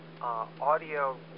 audio